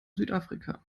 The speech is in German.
südafrika